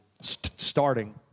starting